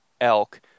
elk